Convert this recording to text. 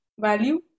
value